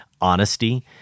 honesty